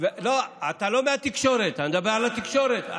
אתה לא מהתקשורת, אני מדבר על התקשורת.